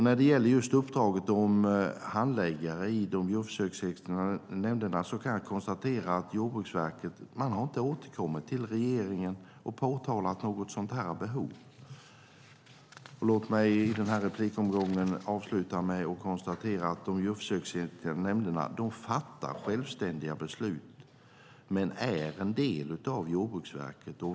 När det gäller uppdraget om handläggare i de djurförsöksetiska nämnderna kan jag konstatera att Jordbruksverket inte har återkommit till regeringen och påtalat något sådant behov. Låt mig avsluta detta inlägg med att konstatera att de djurförsöksetiska nämnderna fattar självständiga beslut men är en del av Jordbruksverket.